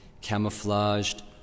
camouflaged